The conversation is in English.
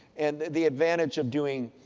and, the advantage of doing,